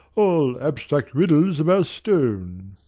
all abstract riddles of our stone.